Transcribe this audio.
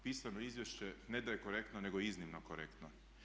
Pisano izvješće ne da je korektno nego je iznimno korektno.